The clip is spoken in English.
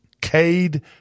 Cade